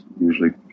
Usually